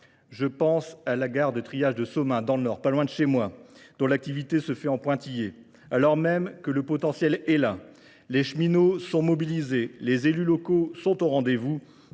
Je pense à la gare de triage de Sommin dans le nord, pas loin de chez moi, dont l'activité se fait en pointillée, alors même que le potentiel est là. Les cheminots sont mobilisés, les élus locaux sont au rendez-vous